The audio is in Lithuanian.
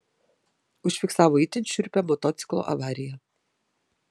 užfiksavo itin šiurpią motociklo avariją